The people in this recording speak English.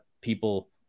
people